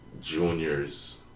juniors